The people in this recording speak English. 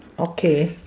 okay